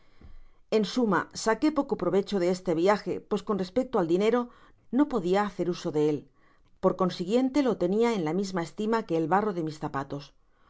en suma saqué poco provecho de este viaje pues con respecto al diuero no podia hacer uso de él por consiguiente lo tenia en la misma estima que el barro de mis zapatos